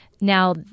now